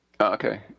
Okay